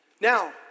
Now